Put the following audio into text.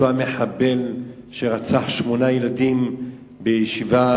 אותו מחבל שרצח שמונה ילדים בישיבת